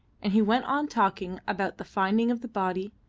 and he went on talking about the finding of the body,